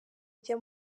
ajya